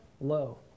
low